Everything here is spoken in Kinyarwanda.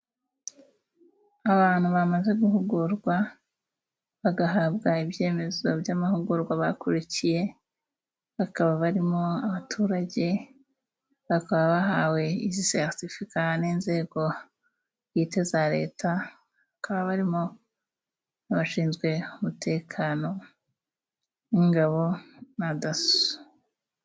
Abantu bamaze guhugurwa, bagahabwa ibyemezo by'amahugurwa bakurikiye, bakaba barimo abaturage bakaba bahawe izi seritifika n'inzego bwite za leta hakaba harimo n'abashinzwe umutekano n'ingabo na daso.